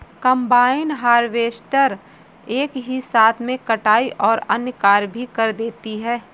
combine harvester एक ही साथ में कटाई और अन्य कार्य भी कर देती है